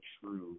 true